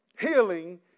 healing